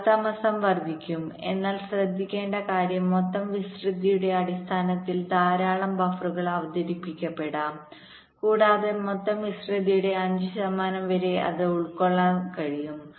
കാലതാമസം വർദ്ധിക്കും എന്നാൽ ശ്രദ്ധിക്കേണ്ട കാര്യം മൊത്തം വിസ്തൃതിയുടെ അടിസ്ഥാനത്തിൽ ധാരാളം ബഫറുകൾ അവതരിപ്പിക്കപ്പെടാം കൂടാതെ മൊത്തം വിസ്തൃതിയുടെ 5 ശതമാനം വരെ അത് ഉൾക്കൊള്ളാൻ കഴിയും